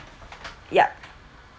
yup